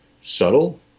subtle